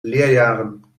leerjaren